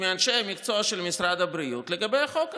מאנשי המקצוע של משרד הבריאות לגבי החוק הזה.